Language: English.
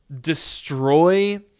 destroy